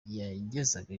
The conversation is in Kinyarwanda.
yagezaga